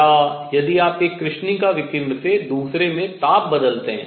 या यदि आप एक कृष्णिका विकिरण से दूसरे में ताप बदलते हैं